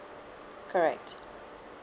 correct